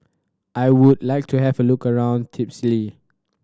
I would like to have a look around Tbilisi